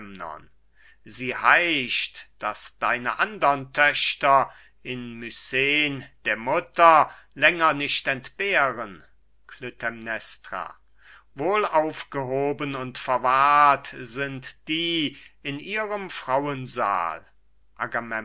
sie heischt daß deine andern töchter in mycen der mutter länger nicht entbehren klytämnestra wohl aufgehoben und verwahrt sind die in ihrem frauensaal